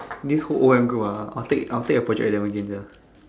this whole O_M group ah I'll take I'll take a project with them again sia